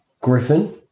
Griffin